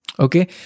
Okay